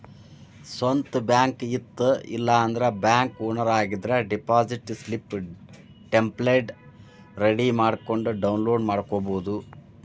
ಸ್ವಂತ್ ಬ್ಯಾಂಕ್ ಇತ್ತ ಇಲ್ಲಾಂದ್ರ ಬ್ಯಾಂಕ್ ಓನರ್ ಆಗಿದ್ರ ಡೆಪಾಸಿಟ್ ಸ್ಲಿಪ್ ಟೆಂಪ್ಲೆಟ್ ರೆಡಿ ಮಾಡ್ಕೊಂಡ್ ಡೌನ್ಲೋಡ್ ಮಾಡ್ಕೊಬೋದು